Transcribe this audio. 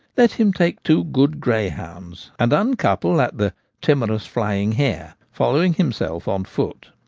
let him take two good greyhounds and un couple at the timorous flying hare following himself on foot.